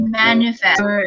manifest